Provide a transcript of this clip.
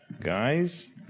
guys